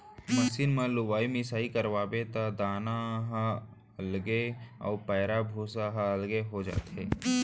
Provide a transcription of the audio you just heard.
machine म लुवाई मिसाई करवाबे त दाना ह अलगे अउ पैरा भूसा ह अलगे हो जाथे